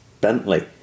Bentley